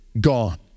gone